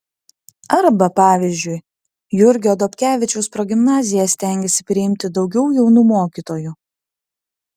arba pavyzdžiui jurgio dobkevičiaus progimnazija stengiasi priimti daugiau jaunų mokytojų